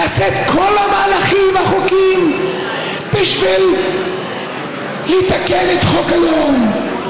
נעשה את כל המהלכים החוקיים בשביל לתקן את חוק הלאום.